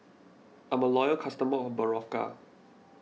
I'm a loyal customer of Berocca